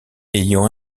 ayant